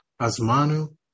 Azmanu